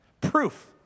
Proof